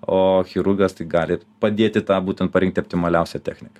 o chirurgas tik gali padėti tą būtent parinkti optimaliausią techniką